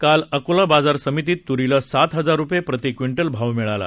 काल अकोला बाजार समितीत त्रीला सात हजार रुपये प्रति क्विंटल भाव मिळाला